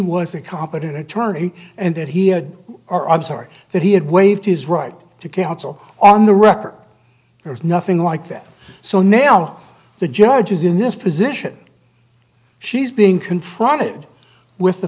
was a competent attorney and that he had are i'm sorry that he had waived his right to counsel on the record there is nothing like that so now the judge is in this position she's being confronted with the